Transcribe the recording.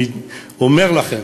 אני אומר לכם,